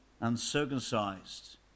uncircumcised